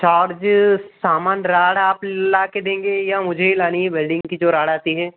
charge सामान rod आप ला के देंगे या मुझे ही लानी है वेल्डिंग की जो राड आती है